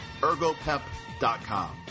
Ergopep.com